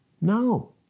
No